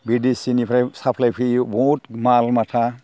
बिदेसिनिफ्राय supply फैयो बहुद माल माथा